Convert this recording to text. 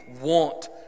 want